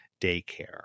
daycare